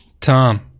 tom